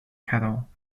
kettle